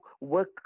work